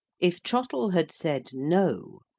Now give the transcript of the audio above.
if trottle had said, no,